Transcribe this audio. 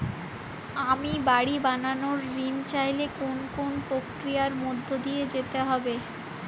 আমি বাড়ি বানানোর ঋণ চাইলে কোন কোন প্রক্রিয়ার মধ্যে দিয়ে যেতে হবে?